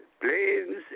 planes